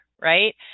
right